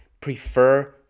prefer